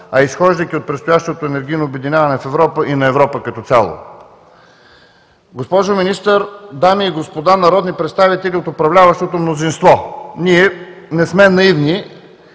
а изхождайки от предстоящото енергийно обединяване в Европа, и на Европа като цяло. Госпожо Министър, дами и господа народни представители от управляващото мнозинство, ние не сме наивни